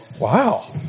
Wow